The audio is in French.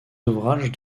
ouvrages